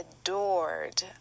adored